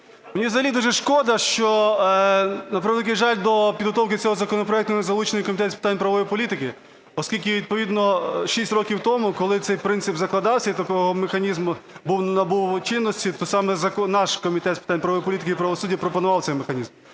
Мені взагалі дуже шкода, що, на превеликий жаль, до підготовки цього законопроекту не залучений Комітет з питань правової політики, оскільки відповідно 6 років тому, коли цей принцип закладався і такого механізму… набув чинності, то саме наш Комітет з питань правової політики і правосуддя пропонував цей механізм.